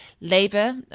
Labour